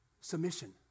submission